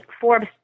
Forbes